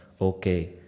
okay